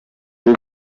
ziri